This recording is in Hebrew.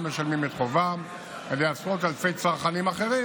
משלמים את חובם על ידי עשרות אלפי צרכנים אחרים